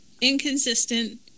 Inconsistent